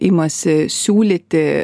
imasi siūlyti